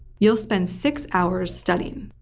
you'll spend six hours studying,